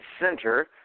center